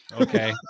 Okay